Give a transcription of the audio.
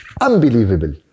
Unbelievable